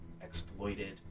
Exploited